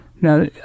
Now